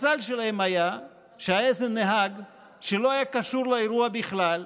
המזל שלהם היה שהיה איזה נהג שלא היה קשור לאירוע בכלל,